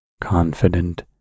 confident